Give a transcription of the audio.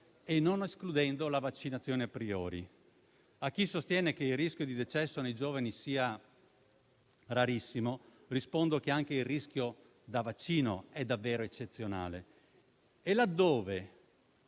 e non escludendo la vaccinazione a priori. A chi sostiene che il rischio di decesso nei giovani sia rarissimo, rispondo che anche il rischio da vaccino è davvero eccezionale. E laddove